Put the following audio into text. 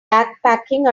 backpacking